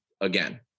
again